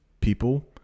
people